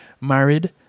married